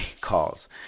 calls